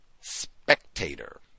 spectator